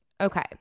okay